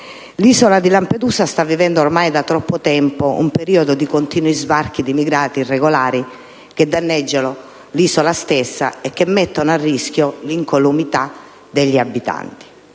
L'isola di Lampedusa sta vivendo ormai da troppo tempo un periodo di continui sbarchi di migranti irregolari, che la danneggiano e mettono a rischio l'incolumità di noi abitanti.